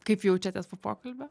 kaip jaučiatės po pokalbio